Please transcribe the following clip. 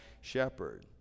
shepherd